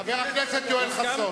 חבר הכנסת יואל חסון.